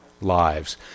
lives